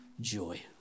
joy